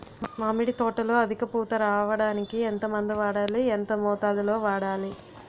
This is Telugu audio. మామిడి తోటలో అధిక పూత రావడానికి ఎంత మందు వాడాలి? ఎంత మోతాదు లో వాడాలి?